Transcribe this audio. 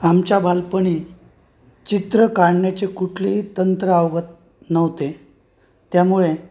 आमच्या बालपणी चित्र काढण्याचे कुठलेही तंत्र अवगत नव्हते त्यामुळे